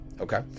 Okay